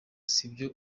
sibyo